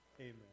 Amen